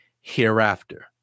hereafter